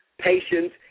patience